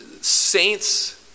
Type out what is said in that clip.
saints